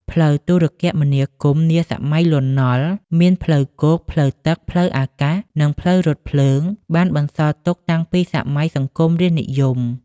ផ្លូវទូរគមនាគមន៍នាសម័យ លន់ នុល មានផ្លូវគោកផ្លូវទឹក ផ្លូវអាកាស និងផ្លូវរថភ្លើងបានបន្សល់ទុកតាំងពីសម័យ សង្គមរាស្ត្រនិយម។